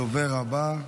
הדובר הבא,